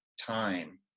time